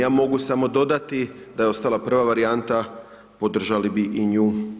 Ja mogu samo dodati da je ostala prva varijanta, podržali bi i nju.